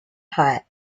hot